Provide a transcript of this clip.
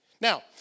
Now